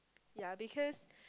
ya because